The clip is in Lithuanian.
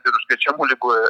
ir užkrečiamų ligų